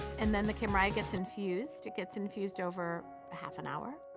and then the kymriah gets infused it gets infused over a half an hour.